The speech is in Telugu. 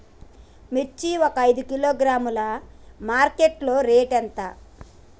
మిర్చి ఒక ఐదు కిలోగ్రాముల మార్కెట్ లో రేటు ఎంత?